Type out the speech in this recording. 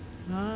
ah